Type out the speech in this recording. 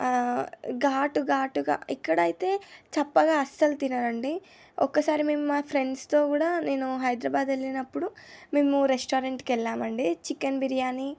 ఘాటుఘాటుగా ఇక్కడైతే చప్పగా అస్సలు తినరండి ఒకసారి మేము మా ఫ్రెండ్స్తో కూడా నేను హైదరాబాద్ వెళ్ళినప్పుడు మేము రెస్టారెంట్కి వెళ్ళామండి చికెన్ బిర్యాని